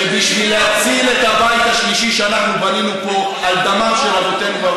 שבשביל להציל את הבית השלישי שאנחנו בנינו פה על דמם של אבותינו,